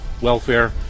welfare